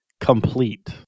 complete